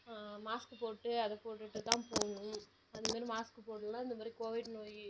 mask போட்டுகிட்டு அதை போட்டுகிட்டுதான் போகணும் அதுமாதிரி மாஸ்க்கு போடலைனா இந்தமாதிரி கோவிட் நோய்